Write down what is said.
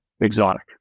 exotic